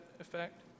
effect